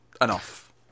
enough